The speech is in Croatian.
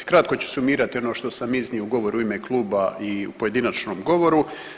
Kratko ću sumirati ono što sam iznio u govoru u ime kluba i u pojedinačnom govoru.